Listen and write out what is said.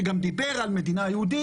שגם דיבר על מדינה יהודית.